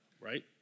right